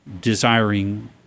desiring